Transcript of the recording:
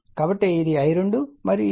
కాబట్టి ఇది I2 మరియు ఇది N2